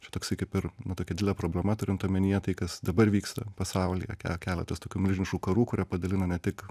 čia toksai kaip ir nu tokia didelė problema turint omenyje tai kas dabar vyksta pasaulyje ke keletas tokių milžiniškų karų kurie padalino ne tik